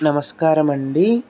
నమస్కారమండి